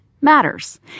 matters